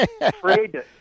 afraid